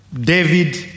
David